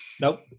Nope